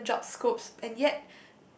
different job scopes and yet